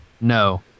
No